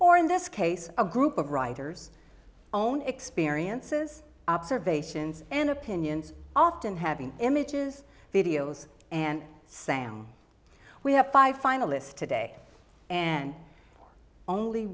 or in this case a group of writers own experiences observations and opinions often having images videos and sound we have five finalists today and only